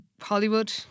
Hollywood